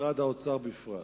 משרד האוצר בפרט.